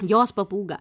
jos papūgą